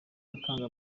gutanga